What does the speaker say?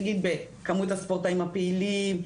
נגיד בכמות הספורטאים הפעילים,